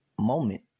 moment